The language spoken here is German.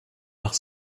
nach